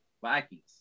Vikings